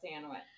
sandwich